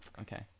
okay